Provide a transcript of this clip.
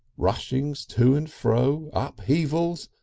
rushings to and fro, upheavals,